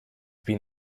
been